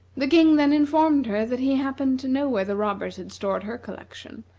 the king then informed her that he happened to know where the robbers had stored her collection,